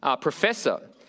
Professor